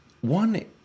One